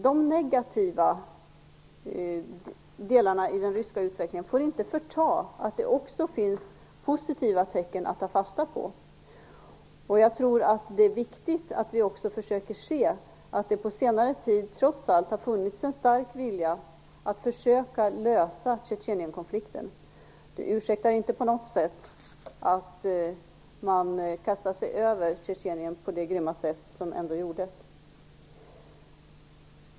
De negativa delarna i den ryska utvecklingen får dock inte förta att det också finns positiva tecken att ta fasta på. Jag tror att det är viktigt att vi också försöker se att det på senare tid trots allt har funnits en stark vilja att försöka lösa Tjetjenienkonflikten. Det ursäktar emellertid inte på något sätt att man kastar sig över Tjetjenien på det grymma sätt som ändå skedde.